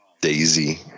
Daisy